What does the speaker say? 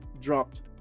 dropped